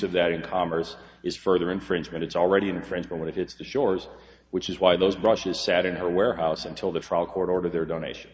of that in commerce is further infringement it's already in france but when it hits the shores which is why those brushes sat in her warehouse until the court ordered their donation